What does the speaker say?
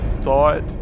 thought